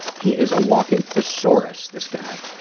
he is a walking thesaurus, this guy.